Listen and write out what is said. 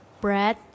bread